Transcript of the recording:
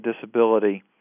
disability